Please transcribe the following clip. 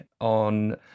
on